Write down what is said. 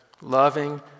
loving